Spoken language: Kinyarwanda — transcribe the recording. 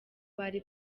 bari